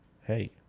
hey